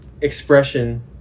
expression